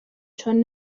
چون